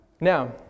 Now